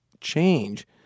change